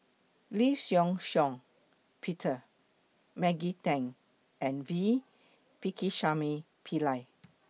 Lee Shih Shiong Peter Maggie Teng and V Pakirisamy Pillai